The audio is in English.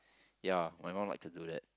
ya my mum like to do that